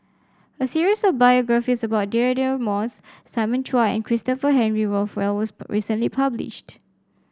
a series of biographies about Deirdre Moss Simon Chua and Christopher Henry Rothwell was recently published